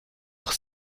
auch